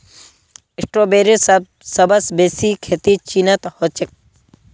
स्ट्रॉबेरीर सबस बेसी खेती चीनत ह छेक